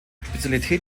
spezialität